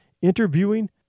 interviewing